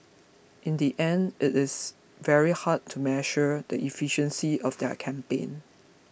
in the end it is very hard to measure the efficiency of their campaign